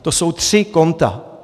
To jsou tři konta.